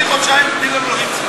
תיתני חודשיים ותני לנו להריץ את זה.